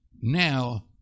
now